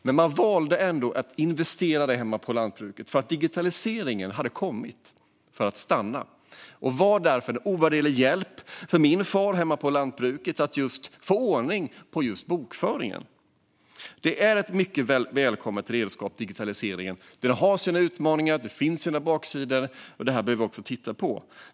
Men man valde ändå att investera där hemma på lantbruket. Digitaliseringen hade kommit för att stanna och var en ovärderlig hjälp för min far när det gällde att få ordning på just bokföringen. Digitaliseringen är ett mycket välkommet redskap. Den har sina utmaningar, och det finns även baksidor som vi behöver titta på.